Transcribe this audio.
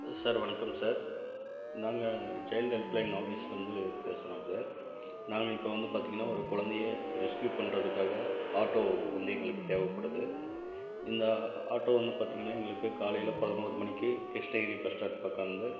sir வணக்கம் sir நாங்கள் child help line ஆஃப்ஸ்யிலேருந்து பேசுகிறோம் சார் நாங்கள் இப்போ வந்து பார்த்திங்கன்னா ஒரு குழந்தைய ரெஸ்க்கியூப் பண்ணுறதுக்காக ஆட்டோ வந்து எங்களுக்கு தேவைப்படுது இந்த ஆட்டோ வந்து பார்த்திங்கன்னா எங்களுக்கு காலையில் பதினொரு மணிக்கு கிருஷ்ணகிரி பஸ் ஸ்டாண்ட் பக்கம் இருந்து